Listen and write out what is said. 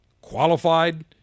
qualified